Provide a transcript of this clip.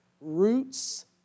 roots